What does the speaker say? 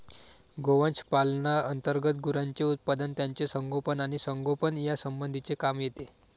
गोवंश पालना अंतर्गत गुरांचे उत्पादन, त्यांचे संगोपन आणि संगोपन यासंबंधीचे काम येते